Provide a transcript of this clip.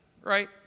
right